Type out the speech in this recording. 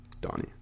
Donnie